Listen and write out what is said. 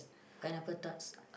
pineapple tarts